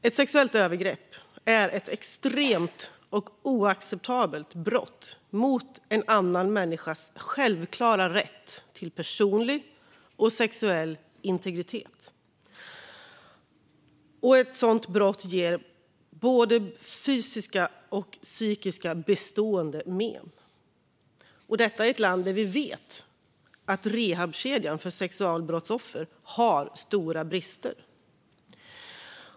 Ett sexuellt övergrepp är ett extremt och oacceptabelt brott mot en annan människas självklara rätt till personlig och sexuell integritet. Ett sådant brott ger både fysiska och psykiska bestående men. Detta handlar om ett land där vi vet att rehabkedjan för sexualbrottsoffer har stora brister.